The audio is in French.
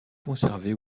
conservée